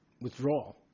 withdrawal